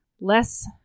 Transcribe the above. less